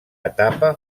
etapa